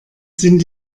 sind